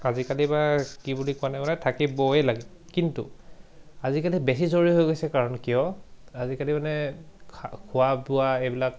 আজিকালি বা কি বুলি কোৱা নাই মানে থাকিবই লাগে কিন্তু আজিকালি বেছি জৰুৰী হৈ গৈছে কাৰণ কিয় আজিকালি মানে খোৱা বোৱা এইবিলাক